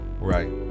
Right